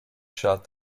shot